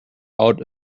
out